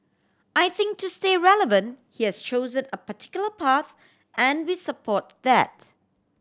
I think to stay relevant he's chosen a particular path and we support that